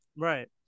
Right